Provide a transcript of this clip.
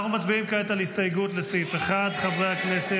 אנחנו מצביעים כעת על הסתייגות לסעיף 1. חברי הכנסת,